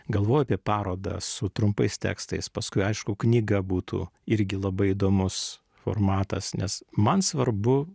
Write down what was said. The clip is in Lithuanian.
galvoju apie parodą su trumpais tekstais paskui aišku knyga būtų irgi labai įdomus formatas nes man svarbu